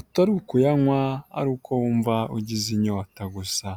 atari ukuyanywa ari uko wumva ugize inyota gusa.